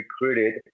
recruited